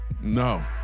No